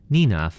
Nina